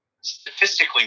statistically